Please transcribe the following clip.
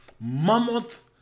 mammoth